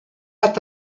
hat